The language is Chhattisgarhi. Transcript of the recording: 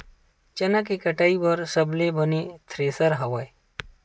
चना के कटाई बर सबले बने थ्रेसर हवय?